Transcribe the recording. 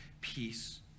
peace